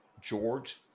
George